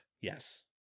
Yes